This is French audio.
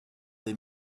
des